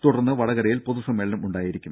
തുടർന്ന് വടകരയിൽ പൊതു സമ്മേളനം ഉണ്ടായിരിക്കും